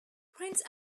prince